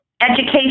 Education